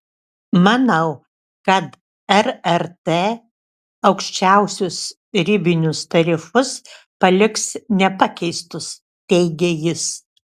manau kad rrt aukščiausius ribinius tarifus paliks nepakeistus teigia jis